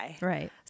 Right